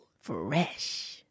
Fresh